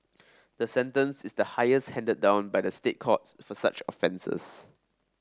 the sentence is the highest handed down by the State Courts for such offences